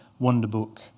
WonderBook